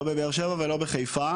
לא בבאר שבע ולא בחיפה,